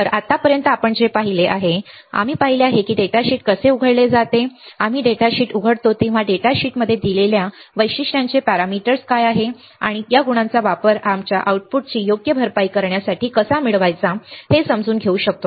तर आत्तापर्यंत आपण जे पाहिले आहे आम्ही पाहिले आहे की डेटाशीट कसे उघडले जाते जेव्हा आम्ही डेटाशीट उघडतो तेव्हा डेटा शीटमध्ये दिलेल्या वैशिष्ट्यांचे पॅरामीटर्स काय असतात आणि या गुणांचा वापर आमच्या आउटपुटची योग्य भरपाई करण्यासाठी कसा मिळवायचा हे समजून घेऊ शकतो